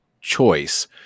choice